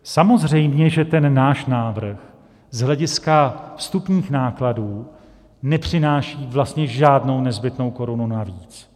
Samozřejmě že ten náš návrh z hlediska vstupních nákladů nepřináší vlastně žádnou nezbytnou korunu navíc.